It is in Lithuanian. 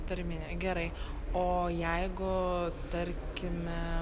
tarminė gerai o jeigu tarkime